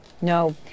No